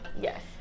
Yes